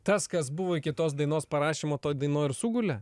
tas kas buvo iki tos dainos parašymo toj dainoj ir sugulė